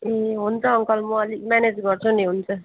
ए हुन्छ अङ्कल म अलिक म्यानेज गर्छु नि हुन्छ